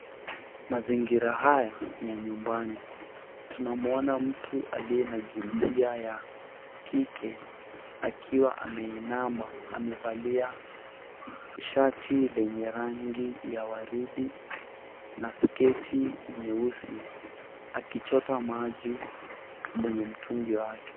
Mazingira haya ni ya nyumbani. Tunamuona mtu aliye na jinsia ya kike akiwa ameinama amevalia shati lenye rangi ya waridi na sketi nyeusi, akichota maji kwenye mtungi wake.